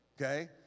okay